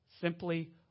simply